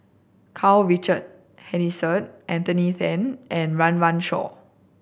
Karl Richard Hanitsch Anthony Then and Run Run Shaw